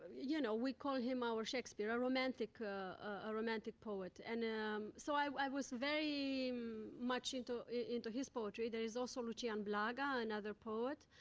you know, we call him our shakespeare a romantic ah ah romantic poet. and um so, i was very um much into into his poetry. there is also lucian blaga, another poet,